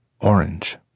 orange